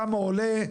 כמה עולה,